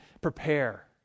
prepare